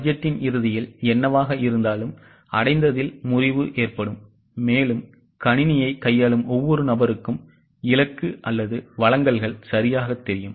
பட்ஜெட்டின் இறுதியில் என்னவாக இருந்தாலும் அடைந்ததில் முறிவு ஏற்படும் மேலும் கணினியை கையாளும்ஒவ்வொரு நபருக்கும் இலக்கு அல்லது வழங்கல்கள் சரியாகத் தெரியும்